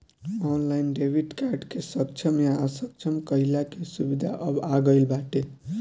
online debit card के सक्षम या असक्षम कईला के सुविधा अब आ गईल बाटे